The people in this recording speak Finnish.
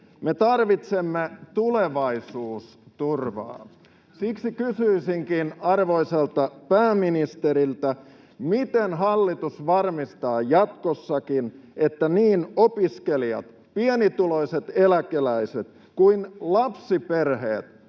Me tarvitsemme tulevaisuusturvaa. Siksi kysyisinkin arvoisalta pääministeriltä: miten hallitus varmistaa jatkossakin, että niin opiskelijat, pienituloiset eläkeläiset kuin lapsiperheet